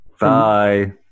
Bye